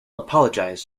apologized